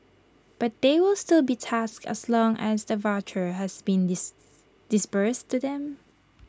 but they will still be taxed as long as the voucher has been dis disbursed to them